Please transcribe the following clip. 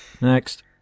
Next